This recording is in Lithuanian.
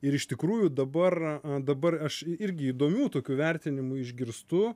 ir iš tikrųjų dabar dabar aš irgi įdomių tokių vertinimų išgirstu